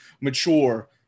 mature